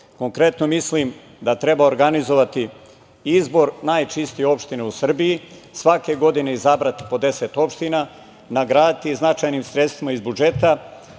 Konkretno, mislim da treba organizovati izbor najčistije opštine u Srbiji, svake godine izabrati po 10 opština, nagraditi značajnim sredstvima iz budžeta,